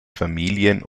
familien